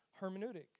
hermeneutic